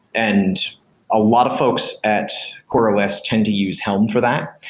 and a lot of folks at coreos tend to use helm for that.